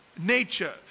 nature